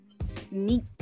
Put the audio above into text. sneak